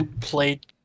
played